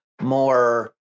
more